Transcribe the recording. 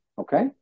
Okay